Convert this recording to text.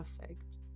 perfect